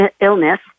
illness